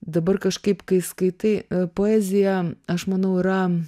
dabar kažkaip kai skaitai poeziją aš manau yra